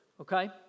okay